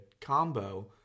combo